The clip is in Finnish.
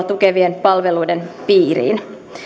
tukevien palveluiden piiriin